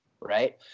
right